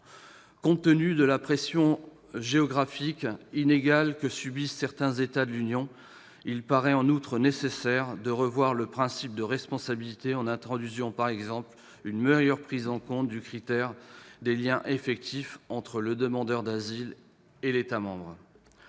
Compte tenu de la pression géographique inégale que subissent certains États de l'Union, il paraît en outre nécessaire de revoir le principe de responsabilité, en introduisant, par exemple, une meilleure prise en compte du critère des liens effectifs entre le demandeur d'asile et l'État membre.